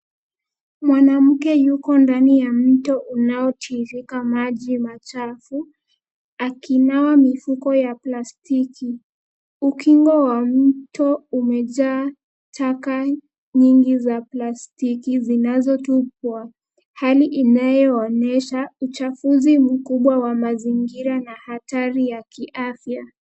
Mwanamke yuko ndani ya mto unaotiririka maji machafu akinawa mifuko ya plastiki. Ukingo wa mto umejaa taka nyingi za plastiki zinazotupwa. Hali inayoonyesha uchafuzi mkubwa wa mazingira na hatari ya kiafya.